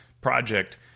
project